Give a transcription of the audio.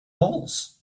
holes